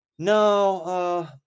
no